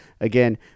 Again